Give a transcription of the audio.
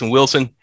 Wilson